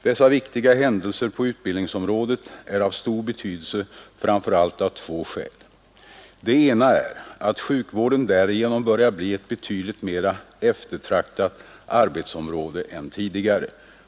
Dessa viktiga händelser på utbildningsområdet är av stor betydelse framför allt av två skäl. Det ena är att sjukvården därigenom börjar bli ett betydligt mera eftertraktat arbetsområde än tidigare.